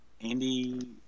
Andy